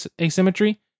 asymmetry